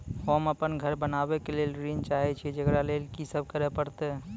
होम अपन घर बनाबै के लेल ऋण चाहे छिये, जेकरा लेल कि सब करें परतै?